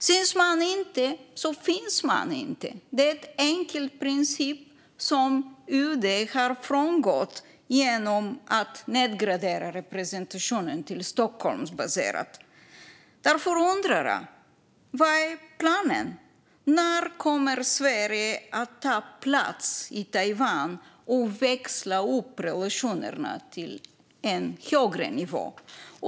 Syns man inte finns man inte. Det är en enkel princip som UD har frångått genom att nedgradera representationen till Stockholmsbaserad. Därför undrar jag: Vad är planen? När kommer Sverige att ta plats i Taiwan och växla upp relationerna till en högre nivå?